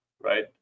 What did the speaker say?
right